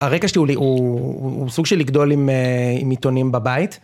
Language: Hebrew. הרקע שלי הוא סוג של לגדול עם עיתונים בבית.